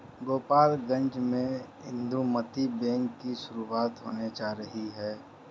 गोपालगंज में इंदुमती बैंक की शुरुआत होने जा रही है